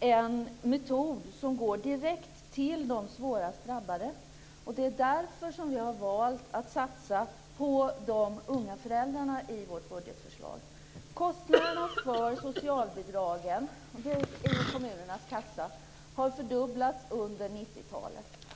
en metod som går direkt till de svårast drabbade. Det är därför som vi har valt att satsa på de unga föräldrarna i vårt budgetförslag. Kostnaderna för socialbidragen, som tas ur kommunernas kassa, har fördubblats under 90-talet.